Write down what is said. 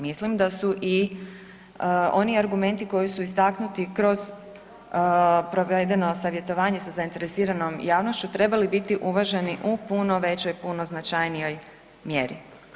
Mislim da su i oni argumenti koji su istaknuti kroz provedeno savjetovanje sa zainteresiranom javnošću trebali biti uvaženi u puno većoj, puno značajnijoj mjeri.